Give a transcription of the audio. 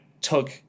took